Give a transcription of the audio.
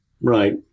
right